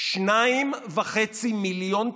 2.5 מיליון תלמידים,